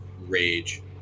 rage